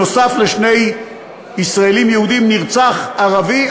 נוסף על שני ישראלים יהודים נרצח ערבי,